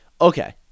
okay